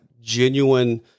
genuine